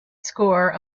score